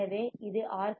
எனவே இது ஆர்